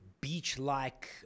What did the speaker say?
beach-like